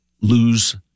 lose